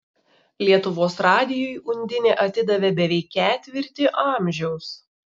lietuvos radijui undinė atidavė beveik ketvirtį amžiaus